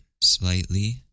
slightly